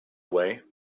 away